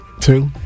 Two